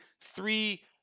three